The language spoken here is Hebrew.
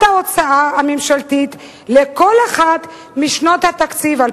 ההוצאה הממשלתית לכל אחת משנות התקציב 2011